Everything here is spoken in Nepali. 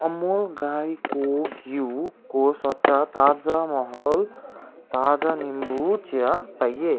अमुल गाईको घिउको सट्टा ताजमहल ताजा निम्बू चिया पाएँ